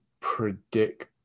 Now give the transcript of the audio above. predict